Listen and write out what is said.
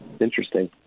Interesting